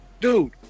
Dude